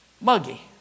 Muggy